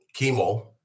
chemo